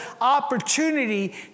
opportunity